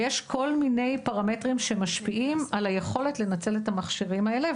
ויש כל מיני פרמטרים שמשפיעים על היכולת לנצל את המכשירים האלה,